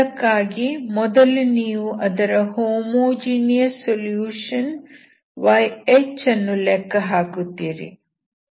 ಅದಕ್ಕಾಗಿ ಮೊದಲು ನೀವು ಅದರ ಹೋಮೋಜೀನಿಯಸ್ ಸೊಲ್ಯೂಷನ್ yH ಅನ್ನು ಲೆಕ್ಕ ಹಾಕುತ್ತೀರಿ